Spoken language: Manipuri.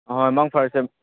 ꯑꯍꯣꯏ ꯃꯪ ꯐꯔꯁꯦ